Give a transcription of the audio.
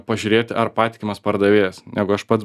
pažiūrėti ar patikimas pardavėjas negu aš pats